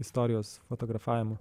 istorijos fotografavimu